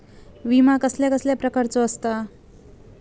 विमा कसल्या कसल्या प्रकारचो असता?